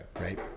Right